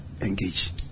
engage